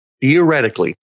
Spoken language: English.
theoretically